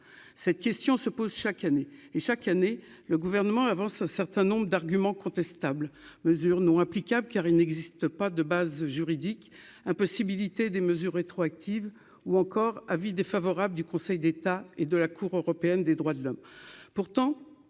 cette question se pose chaque année et chaque année, le gouvernement avance un certain nombre d'arguments contestable mesure non applicable car il n'existe pas de base juridique impossibilité des mesures rétroactives, ou encore : avis défavorable du Conseil d'État et de la Cour européenne des droits de l'homme,